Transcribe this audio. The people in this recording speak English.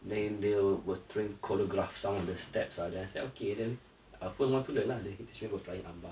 then they were were trying to choreograph some the steps ah then I okay then aku more to learn lah then he show me a flying arm bar